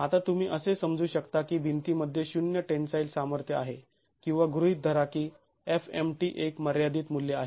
आता तुम्ही असे समजू शकता की भिंतीमध्ये शून्य टेन्साईल सामर्थ्य आहे किंवा गृहित धरा की fmt एक मर्यादित मूल्य आहे